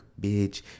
bitch